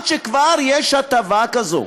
עד שכבר יש הטבה כזאת,